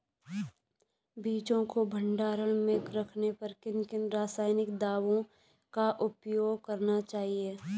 बीजों को भंडारण में रखने पर किन किन रासायनिक दावों का उपयोग करना चाहिए?